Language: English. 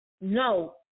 No